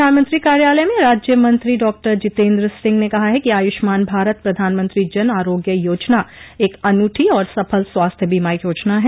प्रधानमंत्री कार्यालय में राज्य मंत्री डॉक्टर जीतेंद्र सिंह ने कहा है कि आयुष्मान भारत प्रधानमंत्री जन आरोग्य योजना एक अनूठी और सफल स्वास्थ्य बीमा योजना है